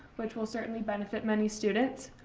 which will certainly benefit many students.